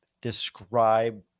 describe